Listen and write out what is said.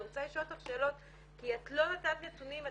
אני רוצה לשאול אותך שאלות כי את לא נתת נתונים,